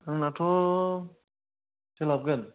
आंनाथ' सोलाबगोन